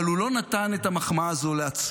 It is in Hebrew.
אבל הוא לא נתן את המחמאה הזו לעצמו,